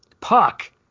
Puck